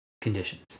conditions